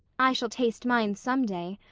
i shall taste mine some day.